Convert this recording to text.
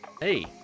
Hey